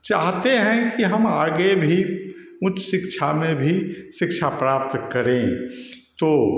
चाहते हैं कि हम आगे भी उच्च शिक्षा में भी शिक्षा प्राप्त करें तो